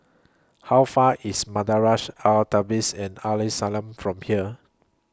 How Far IS Madrasah Al Tahzibiah and Al Islamiah from here